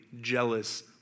jealous